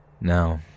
Now